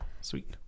Sweet